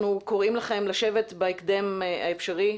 אנחנו קוראים לכם לשבת בהקדם האפשרי,